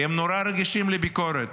כי הם נורא רגישים לביקורת.